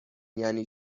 یعنی